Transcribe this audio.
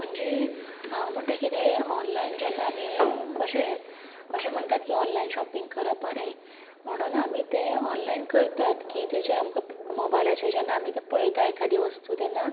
म्हणजे हांव म्हणटा कितें ऑन्लाइन जेन्ना आमी अशें अशें म्हण्टात की ऑन्लाइन शॉपिंग करप बरें म्हणून आमी तें ऑन्लाइन करतात की तेजे आमकां मोबायलाचेर जेन्ना आमी पळयता एकादी वस्तू तेन्ना